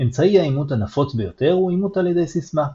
אמצעי האימות הנפוץ ביותר הוא אימות על ידי סיסמה.